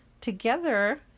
together